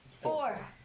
Four